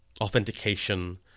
authentication